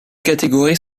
catégories